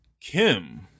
Kim